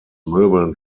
möbeln